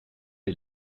est